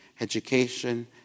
education